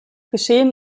geschehen